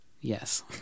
yes